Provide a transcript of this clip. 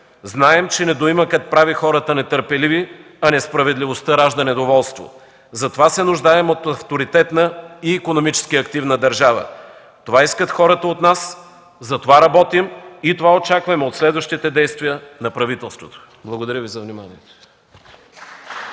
Знаем, че недоимъкът прави хората нетърпеливи, а несправедливостта ражда недоволство. Затова се нуждаем от авторитетна и икономически активна държава. Това искат хората от нас, за това работим и това очакваме от следващите действия на правителството. Благодаря Ви за вниманието.